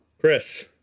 Chris